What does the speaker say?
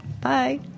bye